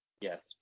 Yes